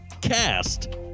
cast